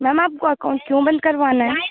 ma'am आपको account क्यों बंद करवाना है